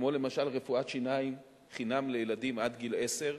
כמו למשל רפואת שיניים חינם לילדים עד גיל עשר,